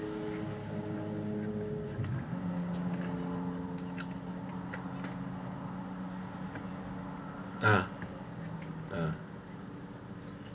uh uh